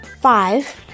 Five